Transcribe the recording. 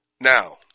now